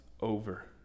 over